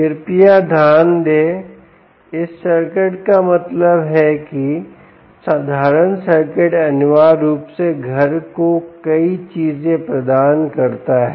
कृपया ध्यान दें कि इस सर्किट का मतलब है कि साधारण सर्किट अनिवार्य रूप से घर को कई चीजें प्रदान करता है